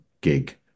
gig